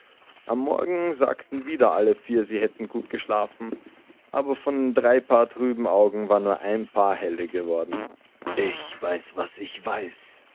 am morgen sagten wieder alle vier sie hätten gut geschlafen aber von den drei paar trüben augen waren nur ein paar helle geworden ich weiß was ich weiß